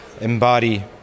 embody